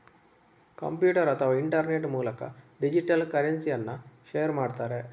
computer ಅಥವಾ internet ಮೂಲಕ ಡಿಜಿಟಲ್ ಕರೆನ್ಸಿಯನ್ನ ಶೇರ್ ಮಾಡ್ತಾರೆ